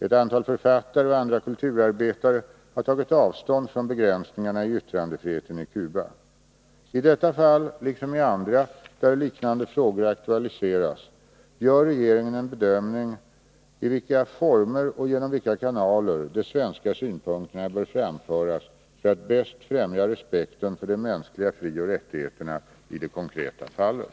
Ett antal författare och andra kulturarbetare har tagit avstånd från begränsningarna i yttrandefriheten på Cuba. I detta fall, liksom i andra där liknande frågor aktualiseras, gör regeringen en bedömning av i vilka former och genom vilka kanaler de svenska synpunkterna bör framföras för att bäst främja respekten för de mänskliga frioch rättigheterna i det konkreta fallet.